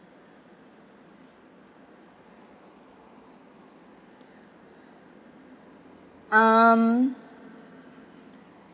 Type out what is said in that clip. um